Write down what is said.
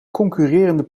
concurrerende